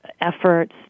efforts